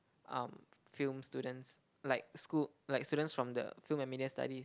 um film students like school like students from the film and media study